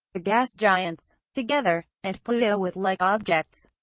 the gas giants together, and pluto with like objects,